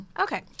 Okay